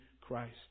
Christ